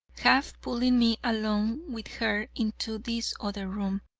half pulling me along with her into this other room,